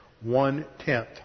one-tenth